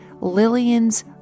Lillian's